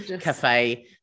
cafe